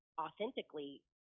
authentically